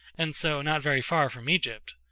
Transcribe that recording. and so not very far from egypt,